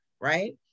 right